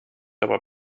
aber